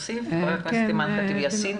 חברת הכנסת אימאן ח'טיב יאסין,